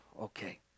Okay